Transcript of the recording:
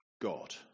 God